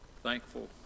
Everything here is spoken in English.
Thankful